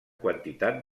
quantitat